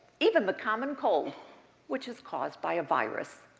even the common cold which is caused by a virus.